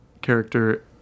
character